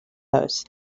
those